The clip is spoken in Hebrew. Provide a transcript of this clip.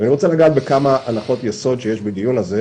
אני רוצה לגעת בכמה הנחות יסוד שיש בדיון הזה,